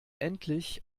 endlich